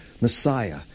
Messiah